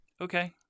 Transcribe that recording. Okay